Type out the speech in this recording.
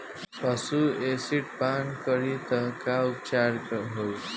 पशु एसिड पान करी त का उपचार होई?